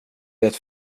det